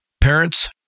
Parents